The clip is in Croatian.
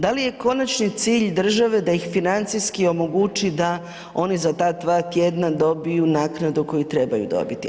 Dal je konačni cilj države da ih financijski omogući da oni za ta dva tjedna dobiju naknadu koju trebati dobiti?